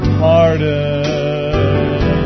pardon